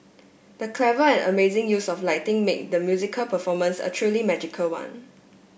the clever and amazing use of lighting made the musical performance a truly magical one